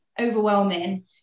overwhelming